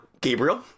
Gabriel